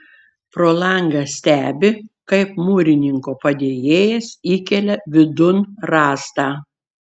pro langą stebi kaip mūrininko padėjėjas įkelia vidun rąstą